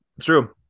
True